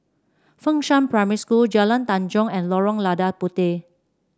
Fengshan Primary School Jalan Tanjong and Lorong Lada Puteh